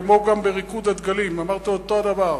וגם על "ריקוד דגלים" אמרתי אותו הדבר,